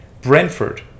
Brentford